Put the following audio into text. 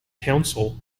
council